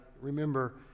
remember